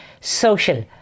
social